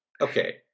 Okay